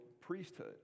priesthood